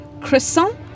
croissant